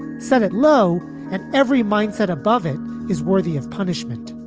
set it low and every mindset above it is worthy of punishment.